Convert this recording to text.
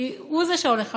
כי זה הוא שהולך הביתה,